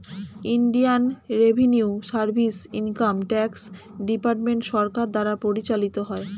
Indian revenue service income tax department সরকার দ্বারা পরিচালিত হয়